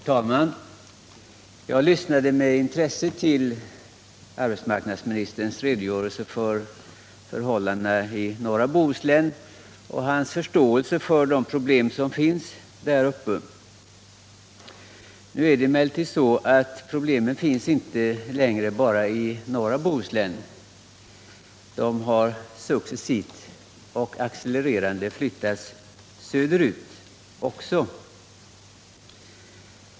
Herr talman! Jag lyssnade med intresse till arbetsmarknadsministerns redogörelse för förhållandena i norra Bohuslän och noterade hans förståelse för de problem som finns där uppe. Problemen finns emellertid inte längre bara i norra Bohuslän. De har successivt och accelererande också uppstått söderut.